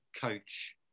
coach